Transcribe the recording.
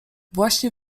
właśnie